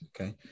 Okay